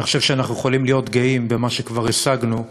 אני חושב שאנחנו יכולים להיות גאים במה שכבר השגנו,